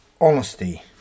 Honesty